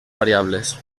variables